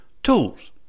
tools